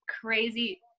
crazy